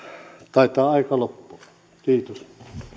taitaa aika loppua kiitos